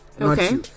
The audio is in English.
okay